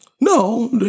No